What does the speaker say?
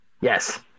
Yes